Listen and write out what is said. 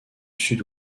sud